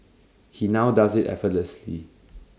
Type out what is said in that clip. he now does IT effortlessly